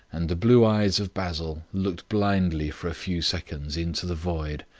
and the blue eyes of basil looked blindly for a few seconds into the void.